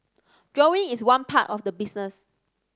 drawing is one part of the business